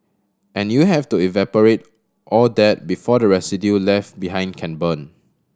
and you have to evaporate all that before the residue left behind can burn